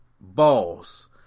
balls